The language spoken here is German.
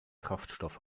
kraftstoff